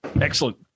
Excellent